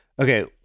Okay